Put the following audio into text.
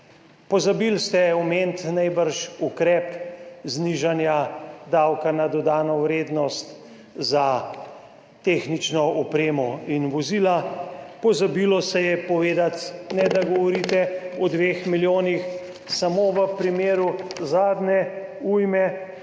Pozabili ste omeniti, najbrž, ukrep znižanja davka na dodano vrednost za tehnično opremo in vozila. Pozabilo se je povedati, ne da govorite o 2 milijonih, samo v primeru zadnje ujme